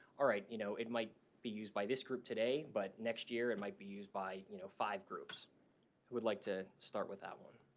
all right, you know, it might be used by this group today but next year it and might be used by, you know, five groups? who would like to start with that one?